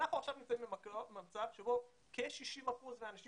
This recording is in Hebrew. אנחנו עכשיו נמצאים במצב שבו כ-60 אחוזים מהאנשים